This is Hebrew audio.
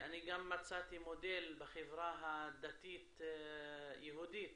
אני גם מצאתי מודל בחברה הדתית היהודית